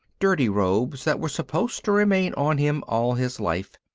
dirty robes that were supposed to remain on him all his life,